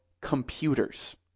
computers